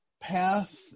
path